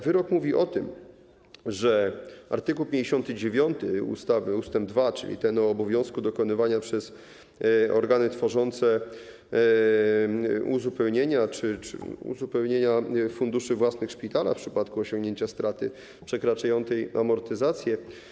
Wyrok mówi o tym, że art. 59 ustawy ust. 2, czyli o obowiązku dokonywania przez organy tworzące uzupełnienia funduszy we własnych szpitalach w przypadku osiągnięcia straty przekraczającej amortyzację.